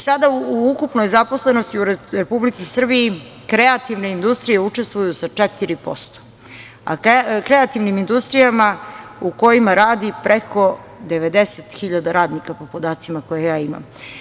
Sada u ukupnoj zaposlenosti u Republici Srbiji kreativne industrije učestvuju sa 4%, kreativnim industrijama u kojima radi preko 90.000 radnika, po podacima koje ja imam.